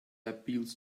appeals